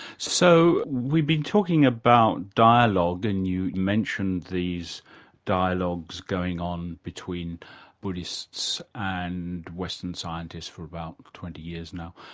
so, we've been talking about dialogue, and you mentioned these dialogues going on between buddhists and western scientists for about twenty years now.